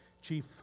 chief